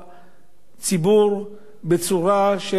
בצורה שרוצים לזכות באיזו כותרת,